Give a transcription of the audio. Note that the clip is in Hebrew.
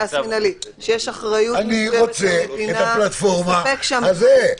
אני רוצה את הפלטפורמה הזאת.